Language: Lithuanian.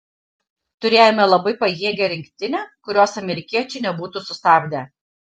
turėjome labai pajėgią rinktinę kurios amerikiečiai nebūtų sustabdę